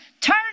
Turn